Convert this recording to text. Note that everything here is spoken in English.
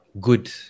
good